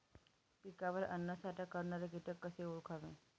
पिकावर अन्नसाठा करणारे किटक कसे ओळखावे?